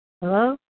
Hello